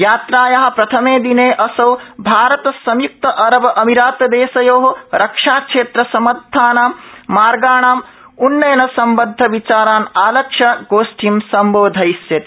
यात्राया प्रथमे दिने असौ भारत संयुक्त अरब अमीरातदेशयो रक्षाक्षेत्रसम्बद्धानां मार्गाणां उन्नयनसम्बद्धविचारान् आलक्ष्य गोष्ठीं सम्बोधयिष्यति